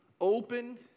open